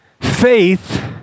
faith